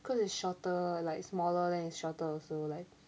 cause it's shorter like smaller then it's shorter also like